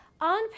On